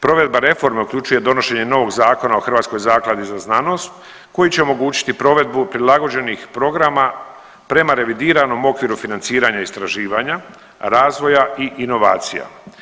Provedba reforme uključuje donošenje novog Zakona o Hrvatskoj zakladi za znanost koji će omogućiti provedbu prilagođenih programa prema revidiranom okviru financiranja i istraživanja, razvoja i inovacija.